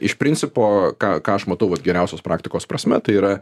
iš principo ką ką aš matau vat geriausios praktikos prasme tai yra